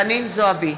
חנין זועבי,